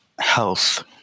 health